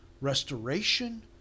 restoration